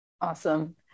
Awesome